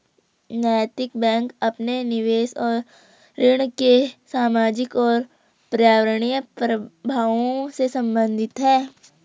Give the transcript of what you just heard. नैतिक बैंक अपने निवेश और ऋण के सामाजिक और पर्यावरणीय प्रभावों से संबंधित है